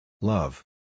love